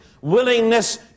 willingness